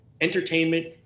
Entertainment